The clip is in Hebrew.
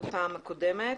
מהפעם הקודמת.